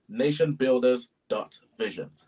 Nationbuilders.vision